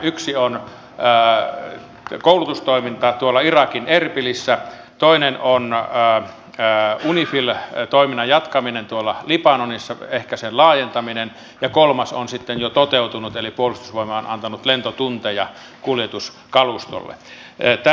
yksi on koulutustoiminta irakin erbilissä toinen on unifil toiminnan jatkaminen libanonissa ehkä sen laajentaminen ja kolmas on sitten jo toteutunut eli puolustusvoimat on antanut lentotunteja kuljetuskalustolle